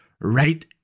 right